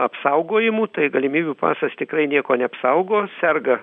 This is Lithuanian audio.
apsaugojimų tai galimybių pasas tikrai nieko neapsaugo serga